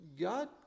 God